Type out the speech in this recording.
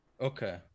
Okay